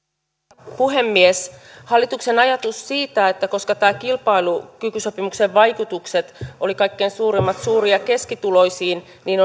arvoisa puhemies hallituksen ajatuksesta siitä että koska nämä kilpailukykysopimuksen vaikutukset olivat kaikkein suurimmat suuri ja keskituloisiin niin